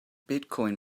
bitcoin